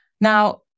Now